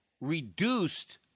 reduced